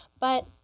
But-